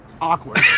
awkward